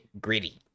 Gritty